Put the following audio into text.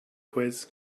quiz